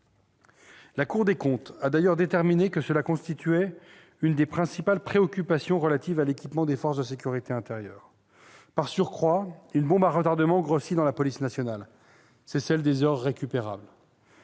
La Cour des comptes a d'ailleurs déterminé que cela constituait l'une des principales préoccupations relatives à l'équipement des forces de sécurité intérieure. Par surcroît, une bombe à retardement voit sa puissance grossir dans la police nationale : c'est celle des heures récupérables.